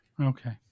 Okay